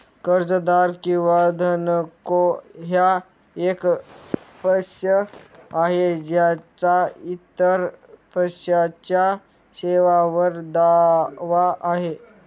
कर्जदार किंवा धनको हा एक पक्ष आहे ज्याचा इतर पक्षाच्या सेवांवर दावा आहे